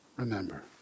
remember